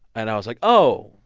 and i was like, oh,